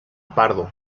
pardo